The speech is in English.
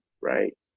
right